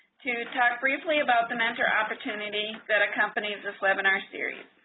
to talk briefly about the mentor opportunity that accompanies this webinar series.